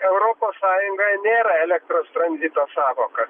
europos sąjungoj nėra elektros tranzito sąvoka